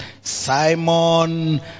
Simon